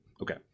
Okay